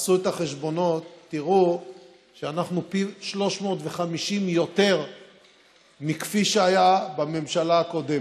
תעשו את החשבונות ותראו שאנחנו פי 350 יותר מכפי שהיה בממשלה הקודמת.